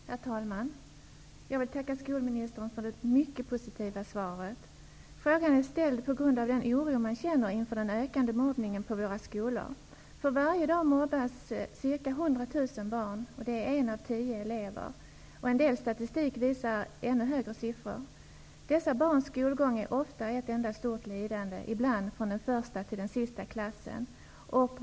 Herr talman! Jag vill tacka skolministern för det mycket positiva svaret. Frågan är ställd på grund av den oro som många känner inför den ökande mobbningen på våra skolor. Varje dag mobbas ca 100 000 barn. Det är en av tio elever. En del statistik visar ännu högre siffror. Dessa barns skolgång är ofta ett enda stort lidande, ibland från den första till den sista klassen.